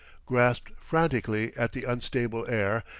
grasped frantically at the unstable air,